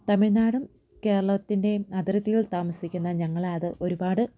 തമിഴ്നാടും കേരളത്തിന്റേയും അതിർത്തികളിൽ താമസിക്കുന്ന ഞങ്ങളെയത് ഒരുപാട്